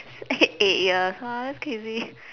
eight years !wah! that's crazy